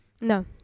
No